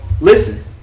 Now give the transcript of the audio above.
listen